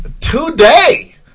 today